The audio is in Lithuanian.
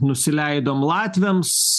nusileidom latviams